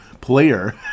player